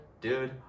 Dude